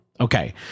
Okay